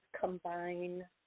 combine